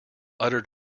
uttered